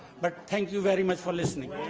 but thank you very much for listening.